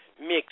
mix